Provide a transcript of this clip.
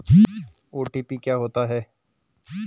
OTP क्या होता है?